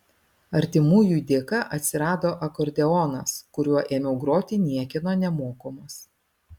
artimųjų dėka atsirado akordeonas kuriuo ėmiau groti niekieno nemokomas